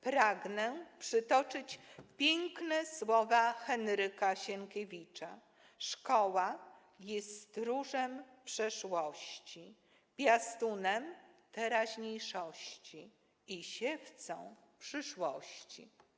Pragnę przytoczyć piękne słowa Henryka Sienkiewicza: Szkoła jest stróżem przeszłości, piastunem teraźniejszości i siewcą przyszłości.